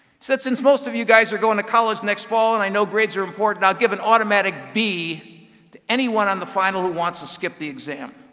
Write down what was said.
said, since most of you guys are going to college next fall and i know grades are important, i'll give an automatic b to anyone on the final who wants to skip the exam.